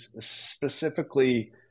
specifically